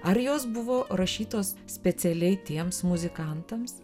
ar jos buvo rašytos specialiai tiems muzikantams